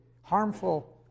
harmful